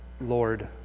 Lord